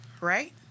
right